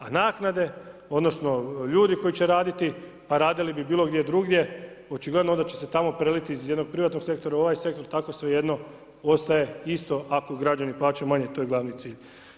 A naknade odnosno ljudi koji će raditi a radili bi bilo gdje drugdje, očigledno onda će se tamo preliti iz jednog privatnog sektora u ovaj sektor, tako svejedno ostaje isto ako građani plaćaju manje a to je glavni cilj.